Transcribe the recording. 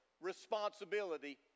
responsibility